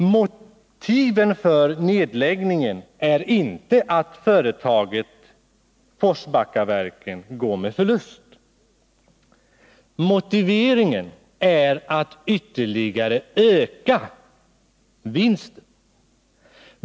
Motivet för nedläggningen är inte att företaget går med förlust. Motiveringen är-att ytterligare öka vinsten.